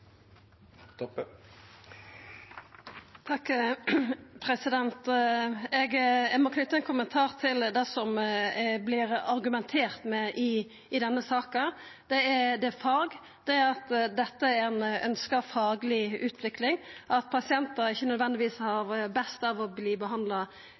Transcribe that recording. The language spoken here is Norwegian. Eg må knyta ein kommentar til det som det vert argumentert med i denne saka. Det er fag, det er at dette er ei ønskt fagleg utvikling, at pasientar ikkje nødvendigvis